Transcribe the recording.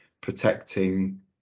protecting